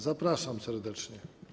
Zapraszam serdecznie.